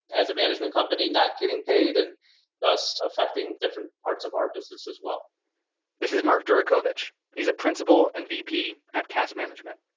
as a management company, not getting paid and thus affecting different parts of our business as well this is mark jerkovic. he's a principal and vp at case management.